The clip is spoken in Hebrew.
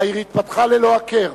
העיר התפתחה ללא הכר,